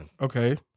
okay